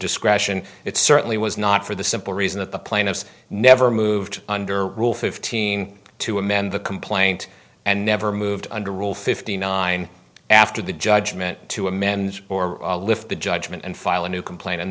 discretion it certainly was not for the simple reason that the plaintiffs never moved under rule fifteen to amend the complaint and never moved under rule fifty nine after the judgment to amend or lift the judgment and file a new complain